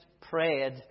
prayed